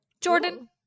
Jordan